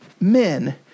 men